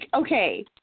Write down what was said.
okay